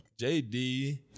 jd